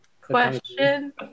Question